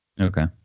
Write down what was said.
Okay